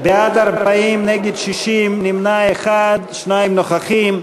בעד, 40, נגד, 60, נמנע אחד, שניים נוכחים.